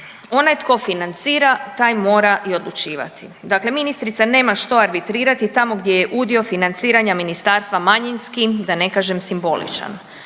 onaj tko financira taj mora i odlučivati. Dakle, ministrica nema što arbitrirati tamo gdje je udio financiranja ministarstva manjinski da ne kažem simboličan